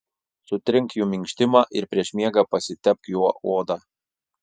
sutrink jų minkštimą ir prieš miegą pasitepk juo odą